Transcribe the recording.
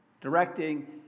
directing